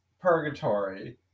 purgatory